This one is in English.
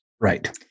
right